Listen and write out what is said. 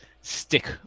stick